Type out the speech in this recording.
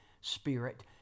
Spirit